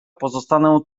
pozostanę